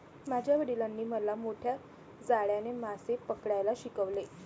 माझ्या वडिलांनी मला मोठ्या जाळ्याने मासे पकडायला शिकवले